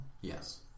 Yes